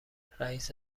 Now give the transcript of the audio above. رئیس